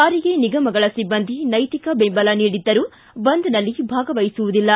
ಸಾರಿಗೆ ನಿಗಮಗಳ ಸಿಬ್ಲಂದಿ ನೈತಿಕ ಬೆಂಬಲ ನೀಡಿದ್ದರೂ ಬಂದ್ನಲ್ಲಿ ಭಾಗವಹಿಸುವುದಿಲ್ಲ